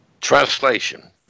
translation